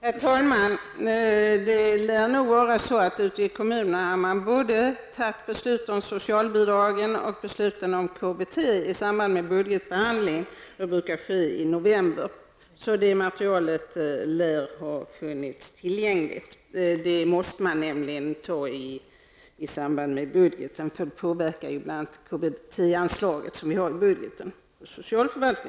Herr talman! Det lär nog vara så att man ute i kommunerna både fattat beslut om socialbidrag och beslut om KBT i samband med budgetbehandlingen, och den brukar äga rum i november. Det måste man nämligen fatta beslut om i samband med budgeten -- det påverkar ju bl.a. Det materialet lär alltså ha funnits tillgängligt.